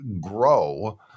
grow